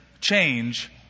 change